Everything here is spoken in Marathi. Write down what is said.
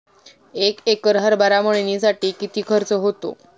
एक एकर हरभरा मळणीसाठी किती खर्च होतो?